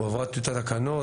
הועברה טיוטת תקנות,